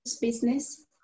business